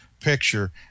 picture